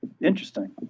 interesting